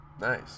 Nice